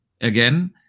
again